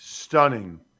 Stunning